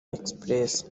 express